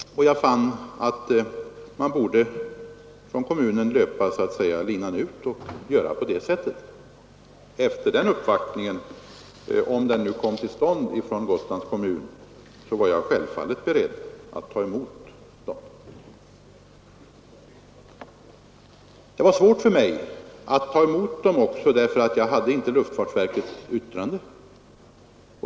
Jag fann att man från kommunens sida borde göra på det sättet och löpa linan ut. Sedan Gotlands kommun gjort sin uppvaktning hos luftfartsverket var jag självfallet beredd att ta emot. Men det hade varit svårt för mig att dessförinnan ta emot en uppvaktning därför att jag då inte hade luftfartsverkets yttrande.